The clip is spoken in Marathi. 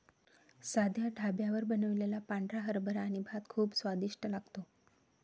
साध्या ढाब्यावर बनवलेला पांढरा हरभरा आणि भात खूप स्वादिष्ट लागतो